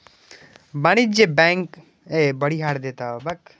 वाणिज्यिक बैंक ऊ होइ छै, जतय जादेतर लोग अपन बैंकिंग संबंधी काज करै छै